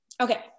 Okay